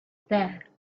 there